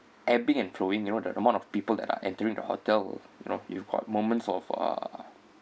ebbing and flowing you know the amount of people that are entering the hotel you know you've got moments of uh